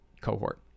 cohort